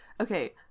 Okay